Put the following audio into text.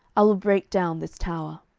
i will break down this tower.